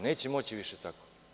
Neće moći više tako.